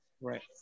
Right